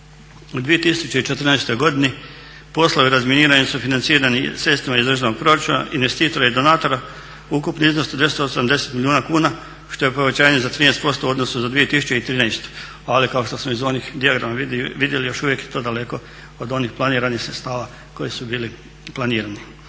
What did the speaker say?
U 2014.godini poslove razminiranja su financirali sredstvima iz državnog proračuna, investitora i donatora. Ukupni iznos 280 milijuna kuna što je povećanje za 13% u odnosu na 2013. Ali kao što smo iz onih dijagrama vidjeli još uvijek je to daleko od onih planiranih sredstava koji su bili planirani.